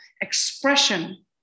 expression